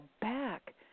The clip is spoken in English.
back